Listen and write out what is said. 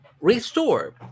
restore